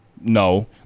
No